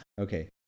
Okay